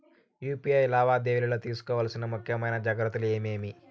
UPI లావాదేవీలలో తీసుకోవాల్సిన ముఖ్యమైన జాగ్రత్తలు ఏమేమీ?